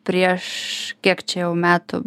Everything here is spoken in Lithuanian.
prieš kiek čia jau metų